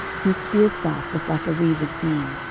whose spear staff was like a weaver's beam.